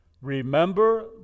Remember